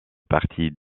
partie